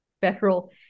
Federal